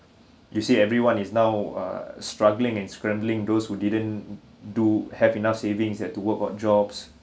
you see everyone is now uh struggling and scrambling those who didn't do have enough savings had to work odd jobs